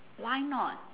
why not